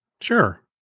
Sure